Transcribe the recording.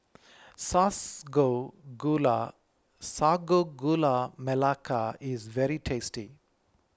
Gula Sago Gula Melaka is very tasty